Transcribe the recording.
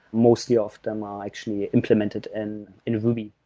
most yeah of them are actually implemented in in ruby.